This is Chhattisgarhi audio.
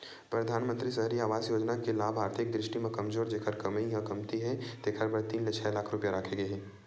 परधानमंतरी सहरी आवास योजना के लाभ आरथिक दृस्टि म कमजोर जेखर कमई ह कमती हे तेखर बर तीन ले छै लाख रूपिया राखे गे हे